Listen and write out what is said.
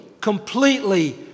completely